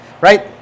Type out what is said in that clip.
Right